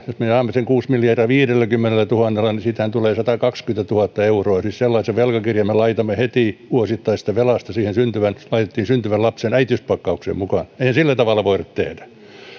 me jaamme sen kuusi miljardia viidelläkymmenellätuhannella niin siitähän tulee satakaksikymmentätuhatta euroa eli sellainen velkakirja vuosittaisesta velasta laitettiin heti syntyvän lapsen äitiyspakkaukseen mukaan eihän sillä tavalla voida tehdä